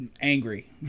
angry